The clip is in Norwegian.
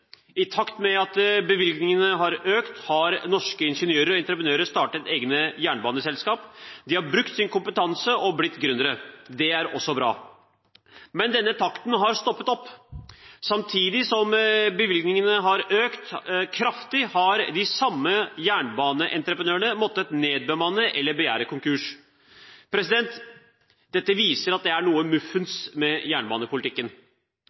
I takt med at bevilgningene har økt, har norske ingeniører og entreprenører startet egne jernbaneselskap. De har brukt sin kompetanse og blitt gründere. Det er også bra. Men denne takten har stoppet opp. Samtidig som bevilgningene har økt kraftig, har de samme jernbaneentreprenørene måttet nedbemanne eller begjære konkurs. Dette viser at det er noe muffens med jernbanepolitikken.